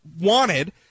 wanted –